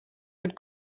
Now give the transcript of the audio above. but